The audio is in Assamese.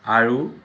আৰু